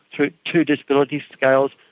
two two disability scales,